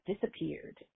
disappeared